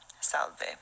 salve